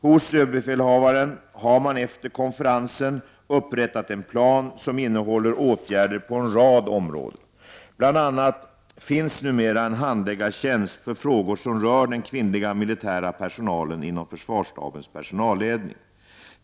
Hos överbefälhavaren har man efter konferensen upprättat en plan som innehåller åtgärder på en rad områden. Bl.a. finns numera en handläggartjänst inom försvarsstabens personalledning för frågor som rör den kvinnliga militära personalen.